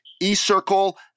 E-Circle